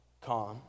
calm